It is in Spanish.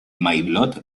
maillot